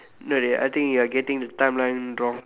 no dey I think you are getting the timeline wrong